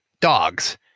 dogs